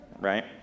Right